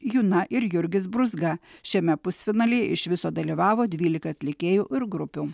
juna ir jurgis brūzga šiame pusfinaly iš viso dalyvavo dvylika atlikėjų ir grupių